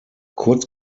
kurz